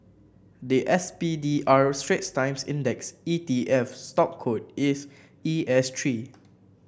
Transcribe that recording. the S P D R Straits Times Index E T F stock code is E S three